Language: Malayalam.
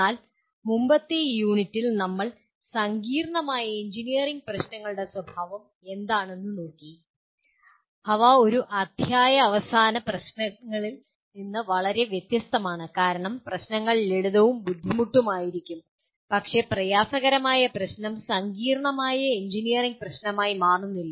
എന്നാൽ മുമ്പത്തെ യൂണിറ്റിൽ നമ്മൾ സങ്കീർണ്ണമായ എഞ്ചിനീയറിംഗ് പ്രശ്നങ്ങളുടെ സ്വഭാവം എന്താണെന്ന് നോക്കി അവ ഒരു അധ്യായാവസാന പ്രശ്നങ്ങളിൽ നിന്ന് വളരെ വ്യത്യസ്തമാണ് കാരണം പ്രശ്നങ്ങൾ ലളിതവും ബുദ്ധിമുട്ടായിരിക്കും പക്ഷേ പ്രയാസകരമായ പ്രശ്നം സങ്കീർണ്ണമായ എഞ്ചിനീയറിംഗ് പ്രശ്നമായി മാറുന്നില്ല